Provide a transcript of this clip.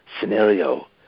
scenario